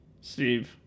Steve